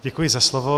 Děkuji za slovo.